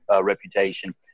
reputation